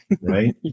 Right